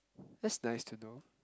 that's nice to do